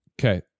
Okay